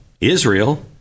Israel